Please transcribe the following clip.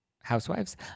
Housewives